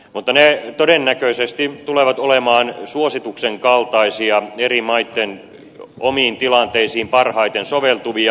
mutta ne todennäköisesti tulevat olemaan suosituksen kaltaisia eri maitten omiin tilanteisiin parhaiten soveltuvia